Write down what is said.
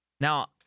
now